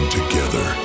together